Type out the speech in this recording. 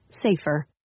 safer